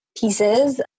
pieces